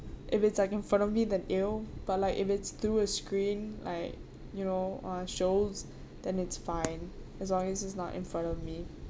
if it's like in front of me than !eww! but like if it's through a screen like you know uh shows then it's fine as long as it's not in front of me